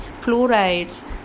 fluorides